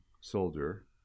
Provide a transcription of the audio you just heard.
soldier